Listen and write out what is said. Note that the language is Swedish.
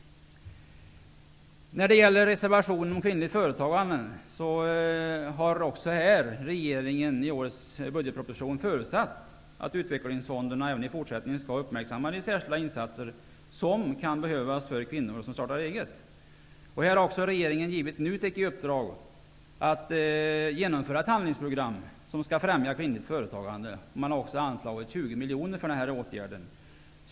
Det finns en reservation om kvinnligt företagande. Regeringen har i årets budgetproposition förutsatt att utvecklingsfonderna även i fortsättningen skall uppmärksamma de särskilda insatser som kan behövas för kvinnor som startar eget. Regeringen har även givit NUTEK i uppdrag att genomföra ett handlingsprogram som skall främja kvinnligt företagande. För denna åtgärd har det anslagits 20 miljoner.